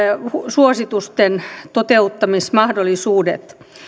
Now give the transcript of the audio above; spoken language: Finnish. suositusten toteuttamismahdollisuudet